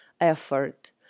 effort